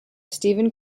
steven